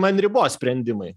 ant ribos sprendimai